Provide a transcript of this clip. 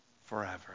forever